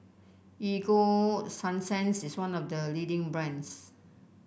Ego Sunsense is one of the leading brands